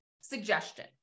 suggestion